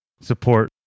support